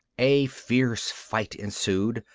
a fierce fight ensued,